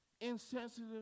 insensitive